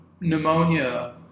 pneumonia